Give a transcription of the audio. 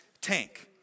tank